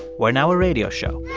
we're now a radio show